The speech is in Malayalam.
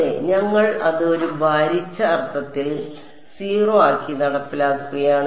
അതെ ഞങ്ങൾ അത് ഒരു ഭാരിച്ച അർത്ഥത്തിൽ 0 ആക്കി നടപ്പിലാക്കുകയാണ്